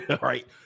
Right